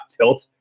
tilt